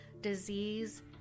disease